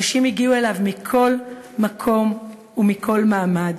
נשים הגיעו אליו מכל מקום ומכל מעמד,